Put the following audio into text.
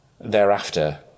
Thereafter